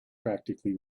practically